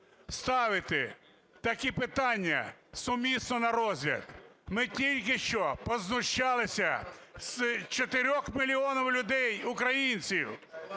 ставити такі питання сумісно на розгляд. Ми тільки що познущалися з 4 мільйонів людей, українців.